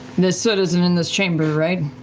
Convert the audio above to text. the soot isn't in this chamber, right?